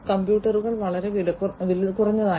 കമ്പ്യൂട്ടറുകൾ വളരെ വിലകുറഞ്ഞതാണ്